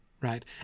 right